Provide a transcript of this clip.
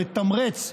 לתמרץ,